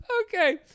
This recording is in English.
okay